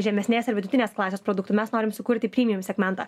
žemesnės ir vidutinės klasės produktų mes norim sukurti prymijum segmentą